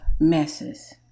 messes